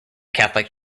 catholic